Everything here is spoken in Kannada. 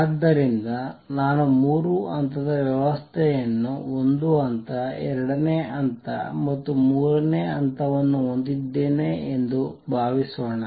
ಆದ್ದರಿಂದ ನಾನು ಮೂರು ಹಂತದ ವ್ಯವಸ್ಥೆಯನ್ನು ಒಂದು ಹಂತ ಎರಡನೇ ಹಂತ ಮತ್ತು ಮೂರನೇ ಹಂತವನ್ನು ಹೊಂದಿದ್ದೇನೆ ಎಂದು ಭಾವಿಸೋಣ